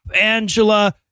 Angela